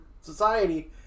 society